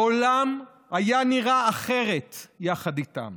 העולם היה נראה אחרת יחד איתם.